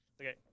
Okay